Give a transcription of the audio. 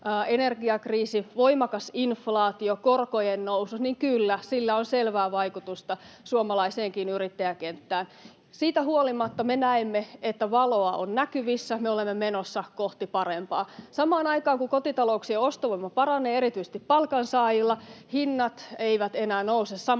energiakriisi, voimakas inflaatio kuin korkojen nousu, niin kyllä, sillä on selvää vaikutusta suomalaiseenkin yrittäjäkenttään. Siitä huolimatta me näemme, että valoa on näkyvissä ja me olemme menossa kohti parempaa. Samaan aikaan, kun kotitalouksien ostovoima paranee erityisesti palkansaajilla, hinnat eivät enää nouse samassa